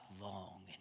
long